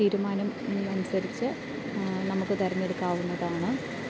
തീരുമാനം അനുസരിച്ച് നമുക്ക് തെരഞ്ഞെടുക്കാവുന്നതാണ്